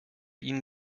ihn